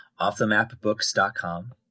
OffTheMapBooks.com